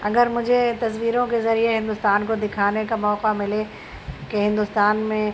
اگر مجھے تصویروں کے ذریعے ہندوستان کو دکھانے کا موقع ملے کہ ہندوستان میں